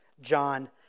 John